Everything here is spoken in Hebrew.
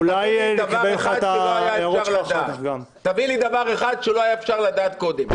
דבר אחד שלא אפשר היה לדעת קודם.